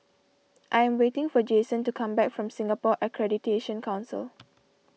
I am waiting for Jasen to come back from Singapore Accreditation Council